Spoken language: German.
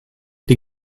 die